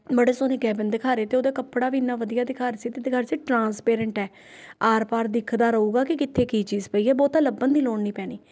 ਬੜਾ ਸੋਹਣਾ ਕੈਬਿਨ ਦਿਖਾ ਰਹੇ ਅਤੇ ਉਹਦਾ ਕੱਪੜਾ ਵੀ ਇੰਨਾ ਵਧੀਆ ਦਿਖਾ ਰਹੇ ਸੀ ਅਤੇ ਦਿਖਾ ਰਹੇ ਸੀ ਟਰਾਂਸਪ੍ਰੈਂਟ ਹੈ ਆਰ ਪਾਰ ਦਿੱਖਦਾ ਰਹੂੰਗਾ ਕਿ ਕਿੱਥੇ ਕੀ ਚੀਜ਼ ਪਈ ਹੈ ਬਹੁਤਾ ਲੱਭਣ ਦੀ ਲੋੜ ਨਹੀਂ ਪੈਣੀ